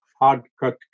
hard-cut